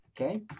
Okay